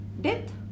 death